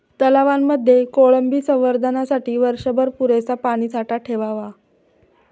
तलावांमध्ये कोळंबी संवर्धनासाठी वर्षभर पुरेसा पाणीसाठा ठेवावा